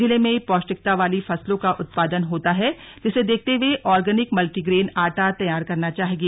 जिले में पौष्टिकता वाली फसलों का उत्पादन होता है जिसे देखते हुए ऑर्गनिक मल्टीग्रेन आटा तैयार करना चाहिए